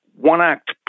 one-act